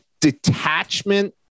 detachment